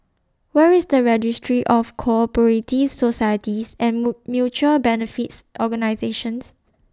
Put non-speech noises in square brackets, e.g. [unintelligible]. Where IS The Registry of Co Operative Societies and [unintelligible] Mutual Benefits Organisations